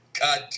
God